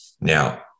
Now